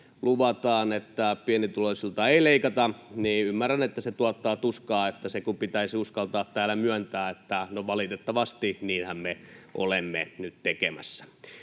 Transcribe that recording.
luvataan, että pienituloisilta ei leikata, niin ymmärrän, että se tuottaa tuskaa, kun pitäisi uskaltaa täällä myöntää se, että no valitettavasti niinhän me olemme nyt tekemässä.